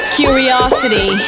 curiosity